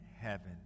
heaven